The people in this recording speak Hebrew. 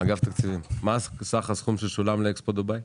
מה סך הסכום ששולם לאקספו דובאי?